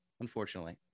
unfortunately